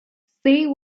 say